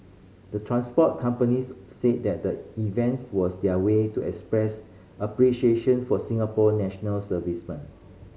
the transport companies said that the events was their way to express appreciation for Singapore national servicemen